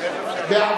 נתקבלה.